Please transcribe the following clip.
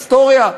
היסטוריה,